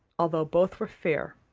although both were fair.